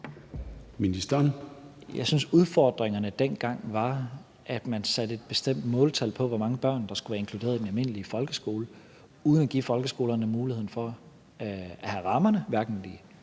Jeg synes, udfordringerne dengang var, at man satte et bestemt måltal på, hvor mange børn der skulle være inkluderet i den almindelige folkeskole, uden at give folkeskolerne muligheden for at have rammerne, hverken de